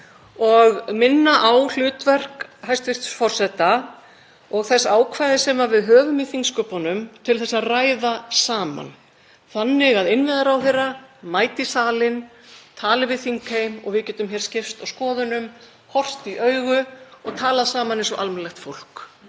og minna á hlutverk hæstv. forseta og þess ákvæðis sem við höfum í þingsköpum til að ræða saman þannig að innviðaráðherra mæti í salinn, tali við þingheim og við getum skipst á skoðunum, horfst í augu og talað saman eins og almennilegt fólk.